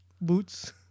Boots